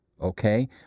okay